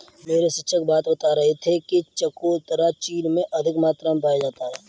मेरे शिक्षक बता रहे थे कि चकोतरा चीन में अधिक मात्रा में पाया जाता है